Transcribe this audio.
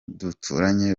duturanye